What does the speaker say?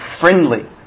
friendly